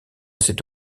cet